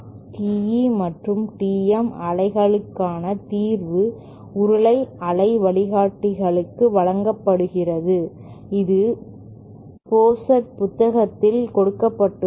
TE மற்றும் TM அலைகளுக்கான தீர்வு உருளை அலை வழிகாட்டிக்கு வழங்கப்படுகிறது இது போசார்ட் புத்தகத்தில் கொடுக்கப்பட்டுள்ளது